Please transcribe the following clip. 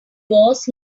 was